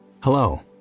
hello